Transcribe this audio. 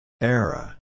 Era